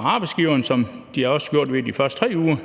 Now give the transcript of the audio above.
arbejdsgiverne, som de også har gjort i forbindelse